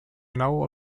now